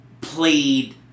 played